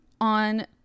on